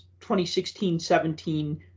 2016-17